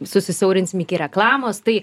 susisiaurinsim iki reklamos tai